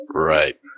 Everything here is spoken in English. Right